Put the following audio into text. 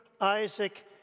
Isaac